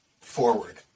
forward